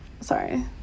sorry